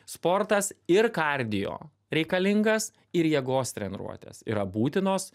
sportas ir kardio reikalingas ir jėgos treniruotės yra būtinos